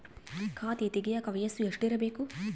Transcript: ಖಾತೆ ತೆಗೆಯಕ ವಯಸ್ಸು ಎಷ್ಟಿರಬೇಕು?